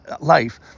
life